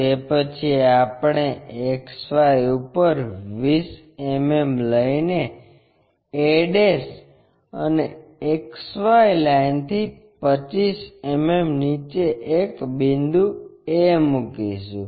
તે પછી આપણે XY ઉપર 20 mm લઈને a અને XY લાઇનથી 25 mm નીચે એક બિંદુ a મુકીશું